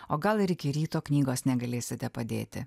o gal ir iki ryto knygos negalėsite padėti